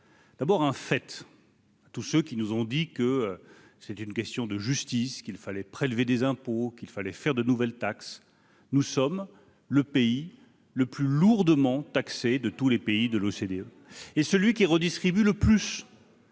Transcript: D'abord un fait tout ce qu'qui nous ont dit que c'est une question de justice qu'il fallait prélever des impôts qu'il fallait faire de nouvelles taxes, nous sommes le pays le plus lourdement taxé de tous les pays de l'OCDE et celui qui redistribue le plus.